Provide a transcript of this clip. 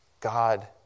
God